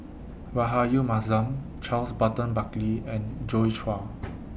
Rahayu Mahzam Charles Burton Buckley and Joi Chua